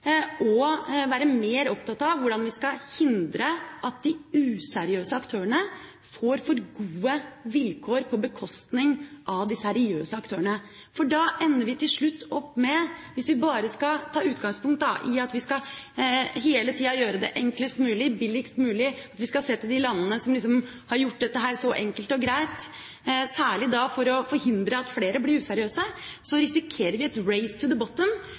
å være mer opptatt av hvordan vi skal hindre at de useriøse aktørene får for gode vilkår på bekostning av de seriøse aktørene. Hvis vi bare skal ta utgangspunkt i at vi hele tida skal gjøre det enklest mulig, billigst mulig, og vi skal se til de landene som har gjort dette så enkelt og greit, særlig for å forhindre at flere blir useriøse, risikerer